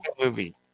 movie